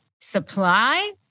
supply